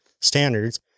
standards